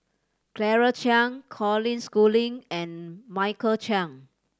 Claire Chiang Colin Schooling and Michael Chiang